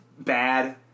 bad